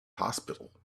hospital